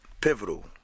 pivotal